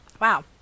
Wow